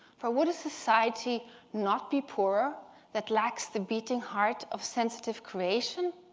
for would a society not be poorer that lacks the beating heart of sensitive creation?